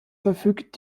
verfügt